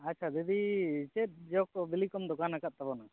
ᱟᱪᱪᱷᱟ ᱫᱤᱫᱤ ᱪᱮᱫ ᱡᱚ ᱠᱚ ᱵᱤᱞᱤᱠᱚᱢ ᱫᱚᱠᱟᱱ ᱟᱠᱟᱫ ᱛᱟᱵᱚᱱᱟ